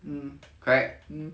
um um